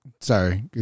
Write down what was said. Sorry